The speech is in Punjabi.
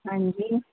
ਹਾਂਜੀ